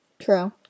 true